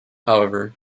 however